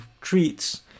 treats